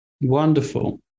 Wonderful